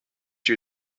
you